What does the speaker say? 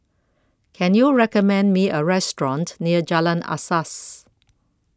Can YOU recommend Me A Restaurant near Jalan Asas